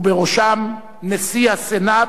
ובראשם נשיא הסנאט,